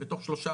בתוך שלושה,